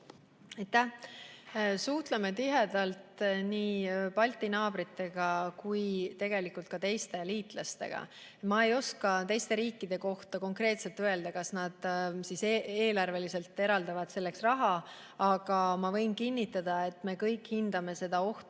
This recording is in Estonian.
Aitäh! Suhtleme tihedalt nii Balti naabritega kui tegelikult ka teiste liitlastega. Ma ei oska teiste riikide kohta konkreetselt öelda, kas nad eelarveliselt eraldavad selleks raha, aga ma võin kinnitada, et me kõik hindame seda ohtu